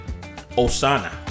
Osana